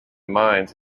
mines